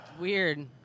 weird